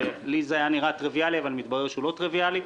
שלי זה היה נראה טריוויאלי אבל מתברר שהוא לא טריוויאלי: